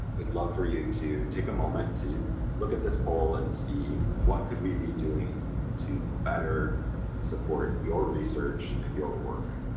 we'd love for you to take a moment to look at this poll and see what could we be doing to better support your research and your work.